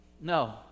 No